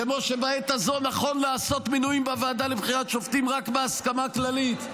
כמו שבעת הזו נכון לעשות מינויים בוועדה לבחירת שופטים רק בהסכמה כללית,